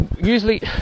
Usually